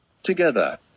Together